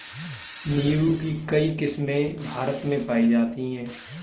नीम्बू की कई किस्मे भारत में पाई जाती है